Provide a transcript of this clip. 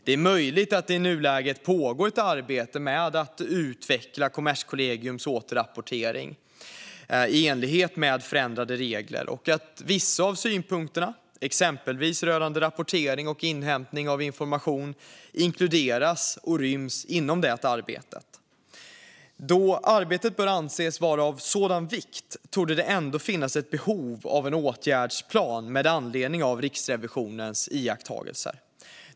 Det är möjligt att det i nuläget pågår ett arbete med att utveckla Kommerskollegiums återrapportering i enlighet med förändrade regler och att vissa av synpunkterna, exempelvis rörande rapportering och inhämtning av information, inkluderas och ryms inom det arbetet. Då arbetet bör anses vara av sådan vikt torde det ändå finnas ett behov av en åtgärdsplan med anledning av Riksrevisionens iakttagelser.